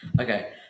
Okay